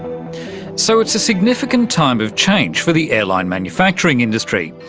so, it's a significant time of change for the airline manufacturing industry.